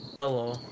hello